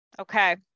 Okay